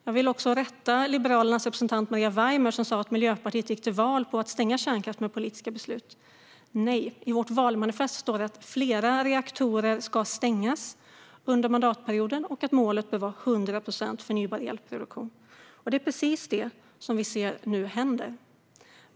Låt mig också rätta Liberalernas Maria Weimer som sa att Miljöpartiet gick till val på att stänga kärnkraften med politiska beslut. Nej, i vårt valmanifest står det att flera reaktorer ska stängas under mandatperioden och att målet bör vara 100 procent förnybar elproduktion. Det är precis detta som nu händer.